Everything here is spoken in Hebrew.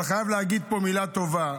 אבל חייב להגיד פה מילה טובה.